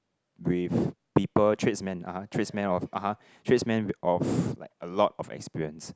brief people tradesman (uh huh) tradesman of (uh huh) tradesman (uh huh) of like a lot of experience